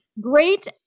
Great